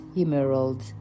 Emerald